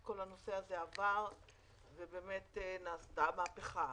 כל הנושא עבר ונעשתה מהפכה.